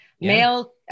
male